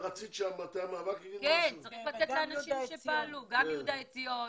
צריך שכולם יעלו ביחד.